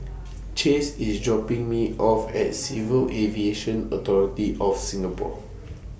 Chase IS dropping Me off At Civil Aviation Authority of Singapore